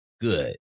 good